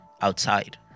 outside